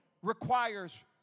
Requires